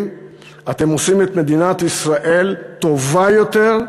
אתם עושים את מדינת ישראל טובה יותר,